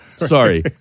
Sorry